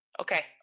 Okay